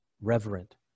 Reverent